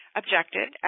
objected